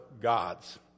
gods